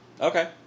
Okay